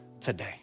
today